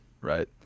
right